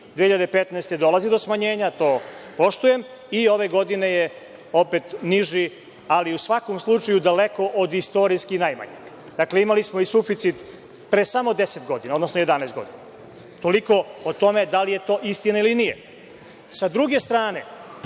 godine dolazi do smanjenja to poštujem i ove godine je opet niži, ali u svakom slučaju daleko od istorijski najmanje. Dakle, imali smo i suficit pre samo deset godina, odnosno 11 godina. Toliko o tome da li je to istina ili nije. Sa druge strane,